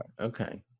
Okay